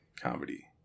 comedy